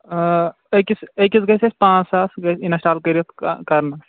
أکِس أکِس گژھِ اَسہِ پانٛژھ ساس اِنسٹال کٔرِتھ کَرنَس